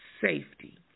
safety